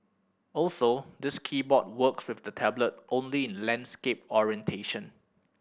also this keyboard works with the tablet only in landscape orientation